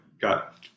got